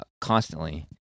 constantly